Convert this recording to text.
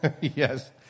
Yes